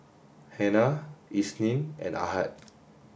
Hana Isnin and Ahad